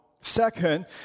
Second